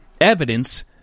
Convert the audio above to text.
evidence